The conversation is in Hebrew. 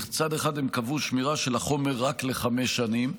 מצד אחד הם קבעו שמירה של החומר רק לחמש שנים,